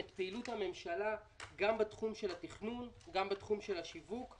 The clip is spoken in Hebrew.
פעילות הממשלה גם בתחום התכנון וגם בתחום השיווק,